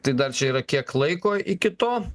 tai dar čia yra kiek laiko iki to